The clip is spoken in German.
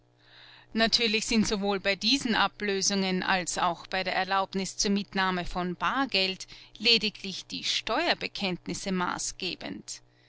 natürlich sind sowohl bei diesen ablösungen als auch bei der erlaubnis zur mitnahme von bargeld lediglich die steuerbekenntnisse maßgebend